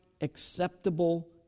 acceptable